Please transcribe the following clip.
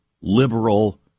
liberal